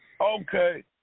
Okay